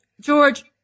George